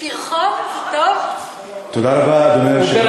פרחון זה טוב?